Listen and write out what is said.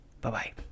Bye-bye